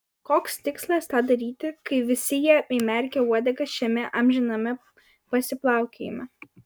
koks tikslas tą daryti kai visi jie įmerkę uodegas šiame amžiname pasiplaukiojime